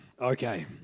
Okay